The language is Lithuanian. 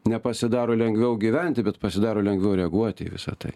nepasidaro lengviau gyventi bet pasidaro lengviau reaguoti į visa tai